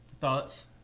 Thoughts